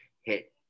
hit